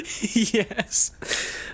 Yes